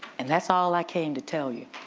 and that's all i came to tell you.